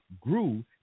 grew